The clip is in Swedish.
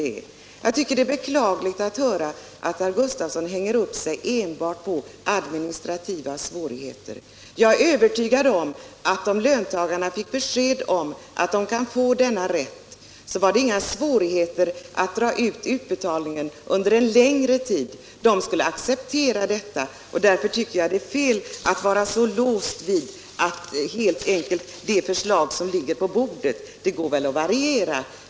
Jag tycker att det är beklagligt att herr Gustavsson hänger upp sig enbart på administrativa svårigheter. Jag är övertygad om att om löntagarna fick besked om att de får rätt till retroaktivt sjukpenningtillägg så vore det inga svårigheter att dra ut på utbetalningen under en längre tid. De skulle acceptera detta. Därför tycker jag det är fel att vara så låst vid det förslag som ligger på bordet. Det går väl att variera.